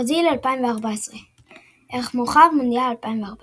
ברזיל 2014 ערך מורחב – מונדיאל 2014